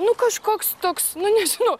nu kažkoks toks nu nežinau